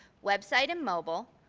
website and mobile,